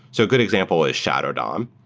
so good example is shadow dom,